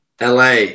LA